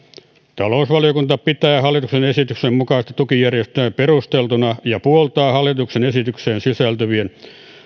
talousvaliokunta pitää hallituksen esityksen mukaista tukijärjestelmää perusteltuna ja puoltaa hallituksen esitykseen sisältyvien